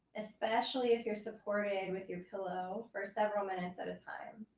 especially if you're supported with your pillow, for several minutes at a time.